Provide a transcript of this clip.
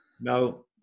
No